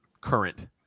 current